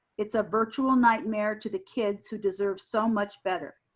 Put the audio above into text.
it's a virtual nightmare to the kids who deserve so much better.